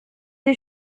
des